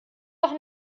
doch